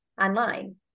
online